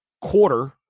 quarter